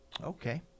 Okay